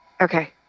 okay